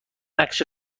نقش